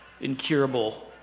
incurable